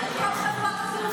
אתה טסת בכל חברות התעופה.